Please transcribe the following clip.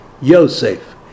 Yosef